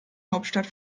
hauptstadt